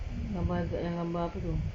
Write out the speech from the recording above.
mm gambar yang gambar tu